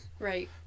right